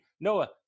Noah